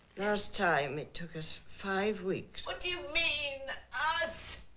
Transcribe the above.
first time it took us five weeks what do you mean us?